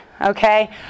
okay